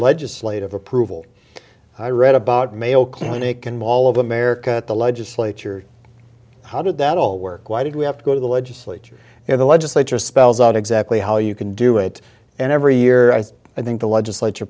legislative approval i read about mayo clinic and mall of america the legislature how did that all work why did we have to go to the legislature and the legislature spells out exactly how you can do it and every year as i think the legislature